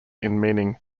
meaning